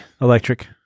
Electric